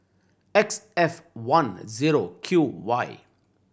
X F one zero Q Y